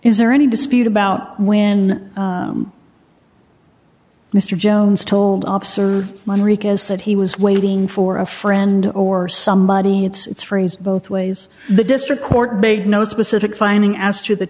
is there any dispute about when mr jones told officer rica's said he was waiting for a friend or somebody it's phrased both ways the district court made no specific finding as to the